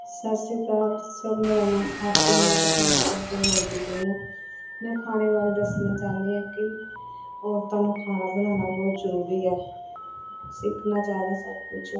ਸਤਿ ਸ਼੍ਰੀ ਅਕਾਲ ਸਰ ਮੇਰਾ ਨਾਮ ਆਰਤੀ ਮੈਂ ਪਠਾਨਕੋਟ ਤੋਂ ਬੋਲਦੀ ਪਈ ਹਾਂ ਮੈਂ ਖਾਣੇ ਬਾਰੇ ਦੱਸਣਾ ਚਾਹੁੰਦੀ ਹਾਂ ਕਿ ਔਰਤਾਂ ਨੂੰ ਖਾਣਾ ਬਣਾਉਣਾ ਬਹੁਤ ਜ਼ਰੂਰੀ ਹੈ ਸਿੱਖਣਾ ਚਾਹੀਦਾ ਸਭ ਕੁਛ